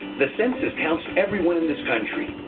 the census counts everyone in this country,